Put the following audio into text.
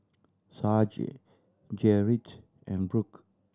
Sage Gerrit and Brooke